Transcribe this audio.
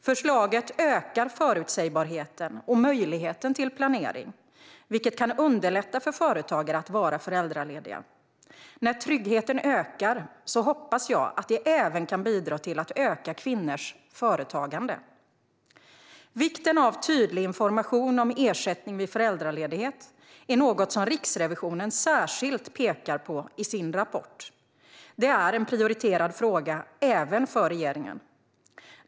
Förslaget ökar förutsägbarheten och möjligheten till planering, vilket kan underlätta för företagare att vara föräldralediga. När tryggheten ökar så hoppas jag att det även kan bidra till att öka kvinnors företagande. Vikten av tydlig information om ersättning vid föräldraledighet är något som Riksrevisionen pekar särskilt på i sin rapport. Det är en prioriterad fråga även för regeringen.